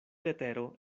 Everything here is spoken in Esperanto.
letero